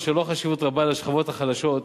אשר לו חשיבות רבה לשכבות החלשות,